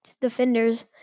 defenders